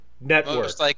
network